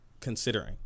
considering